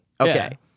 Okay